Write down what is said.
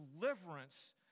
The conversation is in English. deliverance